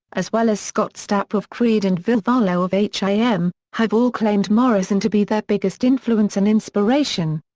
as well as scott stapp of creed and ville valo of h i m, have all claimed morrison to be their biggest influence and inspiration.